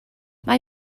mae